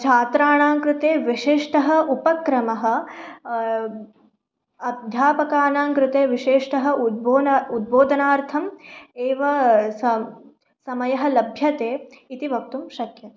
छात्राणां कृते विशिष्टः उपक्रमः अध्यापकानां कृते विशिष्टः उद्बोन उब्दोधनार्थम् एव सम् समयः लभ्यते इति वक्तुं शक्यते